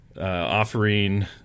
offering